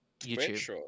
YouTube